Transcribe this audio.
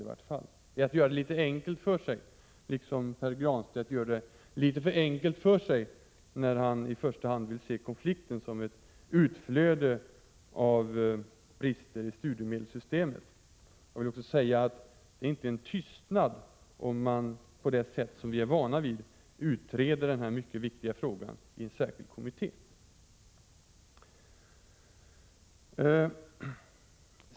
Det är vidare att göra det litet för enkelt för sig att som Pär Granstedt se konflikten som i första hand ett utflöde av brister i studiemedelssystemet. Jag vill också säga att det inte är en tystnad om man, på det sätt som vi är vana vid, utreder denna mycket viktiga fråga i en särskild kommitté.